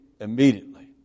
immediately